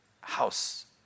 House